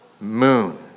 moon